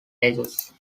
ages